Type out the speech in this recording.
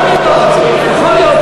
טובים ללמוד, גפני.